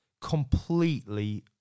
completely